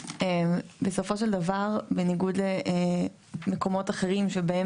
בסופו של דבר בניגוד למקומות אחרים שבהם